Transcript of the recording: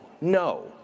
no